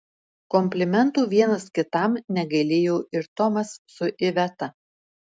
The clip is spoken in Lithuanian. komplimentų vienas kitam negailėjo ir tomas su iveta